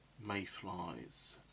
mayflies